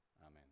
Amen